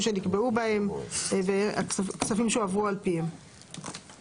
שנקבעו בהם והכספים שהועברו על פיהם.